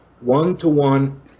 One-to-one